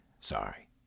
sorry